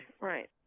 right